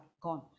Gone